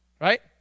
right